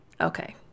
Okay